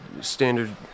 standard